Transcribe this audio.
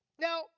Now